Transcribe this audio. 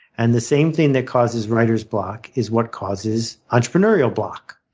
and the same thing that causes writer's block is what causes entrepreneurial block.